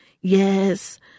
yes